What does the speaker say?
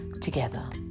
together